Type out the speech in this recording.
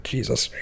Jesus